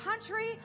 country